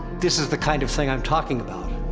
this is the kind of thing i'm talking about.